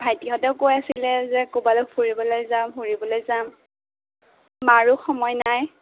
ভাইটিহঁতেও কৈ আছিলে যে ক'ৰবালে ফুৰিবলৈ যাম ফুৰিবলৈ যাম মাৰো সময় নাই